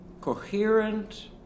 coherent